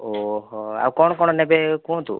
ଓହୋଃ ଆଉ କଣ କଣ ନେବେ କୁହନ୍ତୁ